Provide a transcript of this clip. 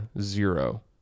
Zero